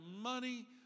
money